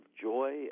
joy